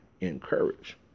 encourage